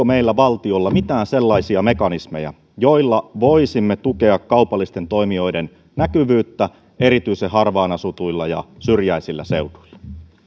meillä valtiolla mitään sellaisia mekanismeja joilla voisimme tukea kaupallisten toimijoiden näkyvyyttä erityisen harvaan asutuilla ja syrjäisillä seuduilla